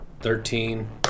Thirteen